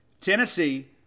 Tennessee –